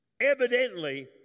evidently